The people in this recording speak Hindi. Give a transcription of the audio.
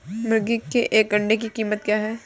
मुर्गी के एक अंडे की कीमत क्या है?